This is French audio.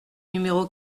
numéro